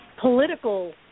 political